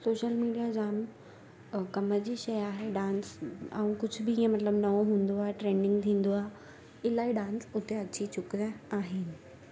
social media जाम कमु जी शइ आहे डांस ऐं कुझु बि इहो मतलबु नओं हूंदो आहे ट्रेंडिंग थींदो आहे इलाही डांस उते अची चुकिया आहिनि